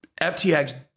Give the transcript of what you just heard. FTX